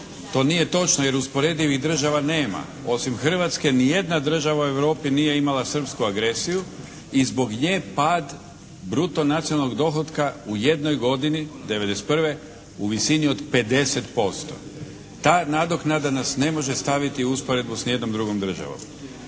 To nije točno, jer usporedivih država nema. Osim Hrvatske ni jedna država u Europi nije imala srpsku agresiju i zbog nje pad bruto nacionalnog dohotka u jednoj godini '91. u visini od 50%. Ta nadoknada nas ne može staviti u usporedbu s ni jednom drugom državom.